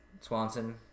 Swanson